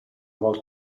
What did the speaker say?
volta